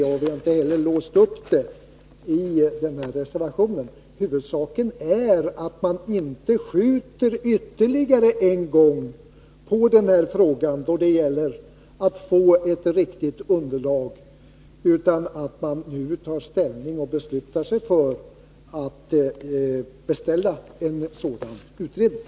Vi har inte heller låst oss i reservationen. Huvudsaken är att man inte ytterligare en gång skjuter på frågan om att få ett riktigt underlag, utan att man nu tar ställning och beslutar sig för att beställa en sådan utredning.